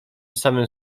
samym